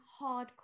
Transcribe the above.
hardcore